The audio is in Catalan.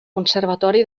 conservatori